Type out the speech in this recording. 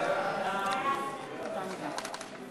סעיף 21 נתקבל.